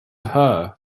her